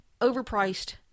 overpriced